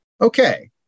okay